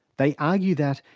they argue that,